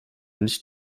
nicht